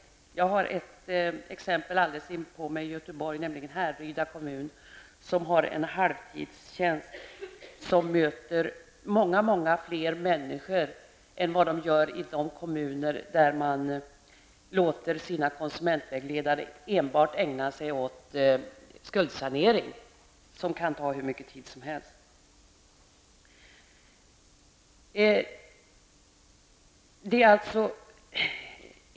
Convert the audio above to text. I min omedelbara närhet nere i Göteborg kan jag peka på ett exempel i det sammanhanget. Det gäller Härryda kommun. Där har man en halvtidsarbetande som möter långt fler människor än andra gör i de kommuner där konsumentvägledarna enbart får ägna sig åt skuldsanering. Det är ju en uppgift som kan ta hur mycket tid som helst i anspråk.